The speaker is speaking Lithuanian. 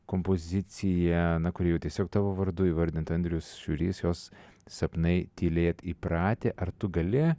kompozicija kuri jau tiesiog tavo vardu įvardinti andrius šiurys jos sapnai tylėt įpratę ar tu gali